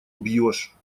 бьешь